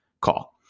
call